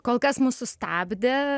kol kas mus sustabdė